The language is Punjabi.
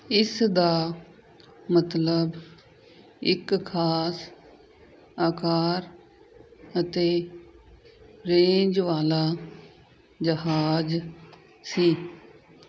ਇਸਦਾ ਮਤਲਬ ਇੱਕ ਖਾਸ ਆਕਾਰ ਅਤੇ ਰੇਂਜ਼ ਵਾਲਾ ਜਹਾਜ਼ ਸੀ